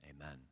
Amen